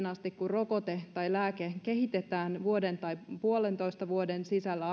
asti kun rokote tai lääke kehitetään arvioiden mukaan vuoden tai puolentoista vuoden sisällä